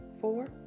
Four